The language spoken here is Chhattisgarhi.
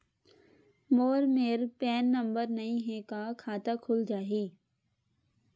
मोर मेर पैन नंबर नई हे का खाता खुल जाही?